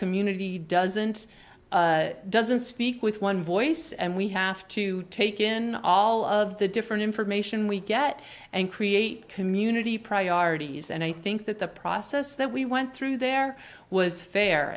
community doesn't doesn't speak with one voice and we have to take in all of the different information we get and create community priorities and i think that the process that we went through there was fair